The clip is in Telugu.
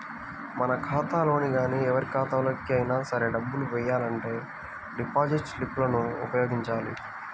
మన ఖాతాలో గానీ ఎవరి ఖాతాలోకి అయినా సరే డబ్బులు వెయ్యాలంటే డిపాజిట్ స్లిప్ లను ఉపయోగించాలి